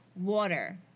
water